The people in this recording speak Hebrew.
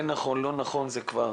כן נכון או לא נכון, זה כבר